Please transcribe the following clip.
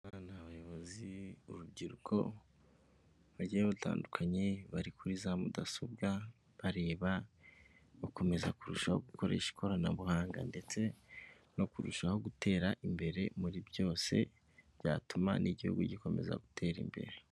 Gu abana abayobozi urubyiruko bagiye batandukanye bari kuri za mudasobwa bareba bakomeza kurushaho gukoresha ikoranabuhanga ndetse no kurushaho gutera imbere muri byose byatuma n'igihugu gikomeza gutera imbere.